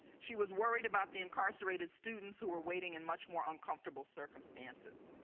she was worried about the incarcerated students who were waiting in much more uncomfortable circumstances.